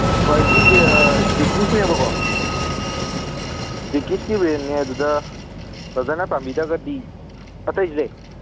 ꯀ꯭ꯋꯥꯂꯤꯇꯤꯁꯦ ꯗꯦꯛꯀꯤꯁꯅꯦꯕꯀꯣ ꯗꯦꯛꯀꯤꯁꯀꯤ ꯕ꯭ꯔꯦꯟꯅꯦ ꯑꯗꯨꯗ ꯕ꯭ꯔꯗꯔꯅ ꯄꯥꯝꯕꯤꯗ꯭ꯔꯒꯗꯤ ꯑꯇꯩꯁꯨ ꯂꯩ